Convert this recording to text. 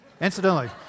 Incidentally